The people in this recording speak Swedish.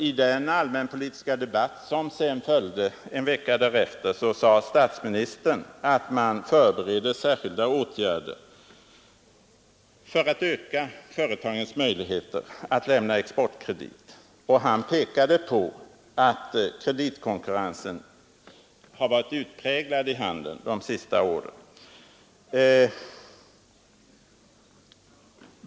I den allmänpolitiska debatt som följde en vecka därefter sade statsministern att man förbereder särskilda åtgärder för att öka företagens möjligheter att lämna exportkredit, och han pekade på att kreditkonkurrensen har varit utpräglad i handeln de senaste åren.